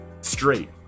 straight